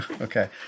Okay